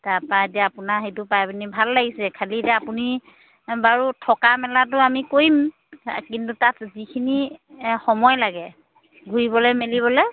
তাৰপৰা এতিয়া আপোনাৰ সেইটো পাই পিনি ভাল লাগিছে খালী এতিয়া আপুনি বাৰু থকা মেলাটো আমি কৰিম কিন্তু তাত যিখিনি সময় লাগে ঘূৰিবলৈ মেলিবলৈ